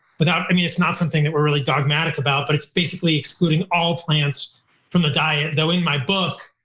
but ah i mean, it's not something that we're really dogmatic about, but it's basically excluding all plants from the diet. though in my book,